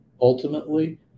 ultimately